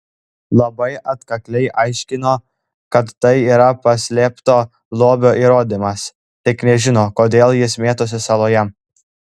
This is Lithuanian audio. labai atkakliai aiškino kad tai yra paslėpto lobio įrodymas tik nežino kodėl jis mėtosi saloje